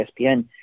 ESPN